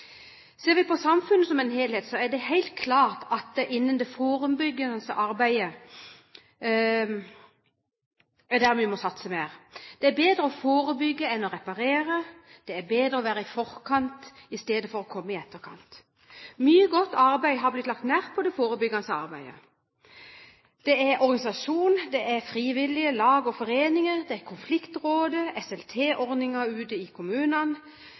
Ser vi på samfunnet som helhet, er det helt klart at det er innen det forebyggende arbeidet vi må satse mer. Det er bedre å forebygge enn å reparere, det er bedre å være i forkant i stedet for å komme i etterkant. Mye godt arbeid har blitt lagt ned på det forebyggende arbeidet. Det er organisasjoner, det er frivillige lag og foreninger, det er konfliktrådet, SLT-ordninger ute i kommunene,